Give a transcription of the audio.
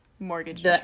Mortgage